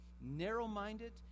narrow-minded